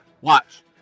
Watch